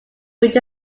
which